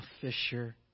fisher